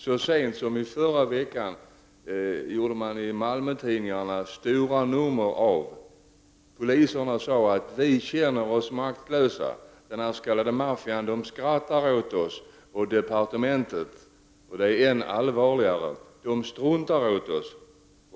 Så sent som i förra veckan gjorde man i Malmötidningarna stora nummer av att polisen uppgav sig vara maktlös. Den s.k. maffian skrattar åt oss, och departementet — och det är än allvarligare — struntar i oss, sade poliserna.